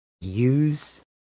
use